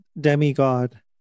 demigod